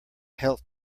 health